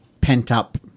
pent-up